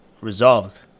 resolved